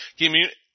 community